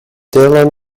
dylan